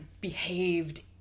behaved